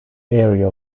area